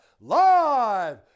live